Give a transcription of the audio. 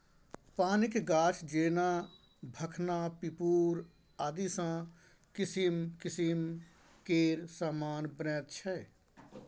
पानिक गाछ जेना भखना पिपुर आदिसँ किसिम किसिम केर समान बनैत छै